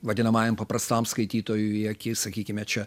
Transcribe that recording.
vadinamajam paprastam skaitytojui į akis sakykime čia